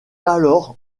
alors